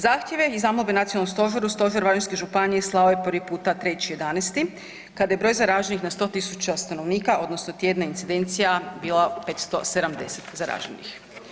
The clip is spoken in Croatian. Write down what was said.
Zahtjeve i zamolbe nacionalnom stožeru, stožer Varaždinske županije slao je prvi puta 3.11. kada je broj zarađenih na 100.000 stanovnika odnosno tjedna incidencija bila 570 zaraženih.